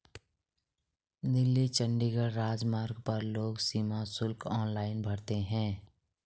दिल्ली चंडीगढ़ राजमार्ग पर लोग सीमा शुल्क ऑनलाइन भरते हैं